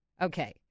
okay